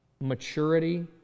maturity